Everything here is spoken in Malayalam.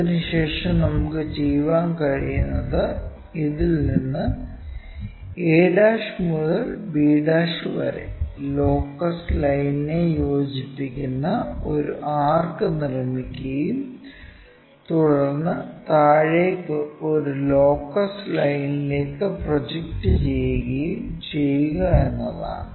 അതിനുശേഷം നമുക്ക് ചെയ്യാൻ കഴിയുന്നത് ഇതിൽ നിന്ന് a' മുതൽ b വരെ ലോക്കസ് ലൈനിനെ യോജിപ്പിക്കുന്ന ഒരു ആർക്ക് നിർമ്മിക്കുകയും തുടർന്ന് താഴേക്ക് ഈ ലോക്കസ് ലൈനിലേക്കു പ്രൊജക്റ്റ് ചെയ്യുകയും ചെയ്യുക എന്നതാണ്